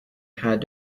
had